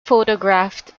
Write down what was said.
photographed